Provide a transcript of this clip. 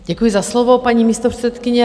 Děkuji za slovo, paní místopředsedkyně.